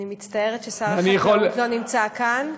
אני מצטערת ששר החקלאות לא נמצא כאן,